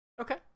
Okay